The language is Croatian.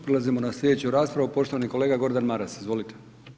Prelazimo na slijedeću raspravu poštovani kolega Gordan Maras, izvolite.